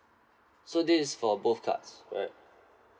so this is for both cards right